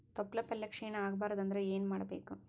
ತೊಪ್ಲಪಲ್ಯ ಕ್ಷೀಣ ಆಗಬಾರದು ಅಂದ್ರ ಏನ ಮಾಡಬೇಕು?